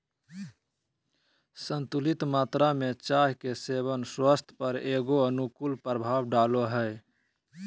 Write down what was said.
संतुलित मात्रा में चाय के सेवन स्वास्थ्य पर एगो अनुकूल प्रभाव डालो हइ